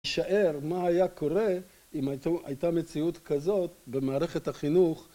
נשער מה היה קורה אם הייתה מציאות כזאת במערכת החינוך